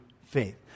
faith